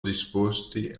disposti